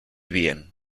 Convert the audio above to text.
bien